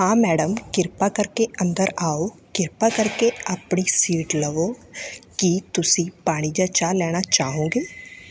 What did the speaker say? ਹਾਂ ਮੈਡਮ ਕਿਰਪਾ ਕਰਕੇ ਅੰਦਰ ਆਓ ਕਿਰਪਾ ਕਰਕੇ ਆਪਣੀ ਸੀਟ ਲਵੋ ਕੀ ਤੁਸੀਂ ਪਾਣੀ ਜਾਂ ਚਾਹ ਲੈਣਾ ਚਾਹੋਗੇ